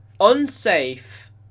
unsafe